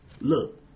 Look